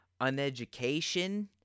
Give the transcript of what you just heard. uneducation